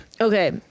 Okay